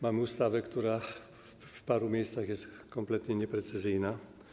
Mamy ustawę, która w paru miejscach jest kompletnie nieprecyzyjna.